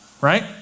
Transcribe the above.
right